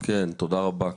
תודה רבה.